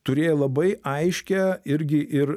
turėjo labai aiškią irgi ir